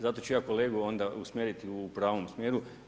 Zato ću ja kolegu onda usmjeriti u pravom smjeru.